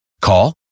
Call